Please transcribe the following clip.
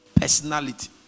personality